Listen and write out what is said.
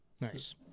Nice